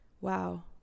wow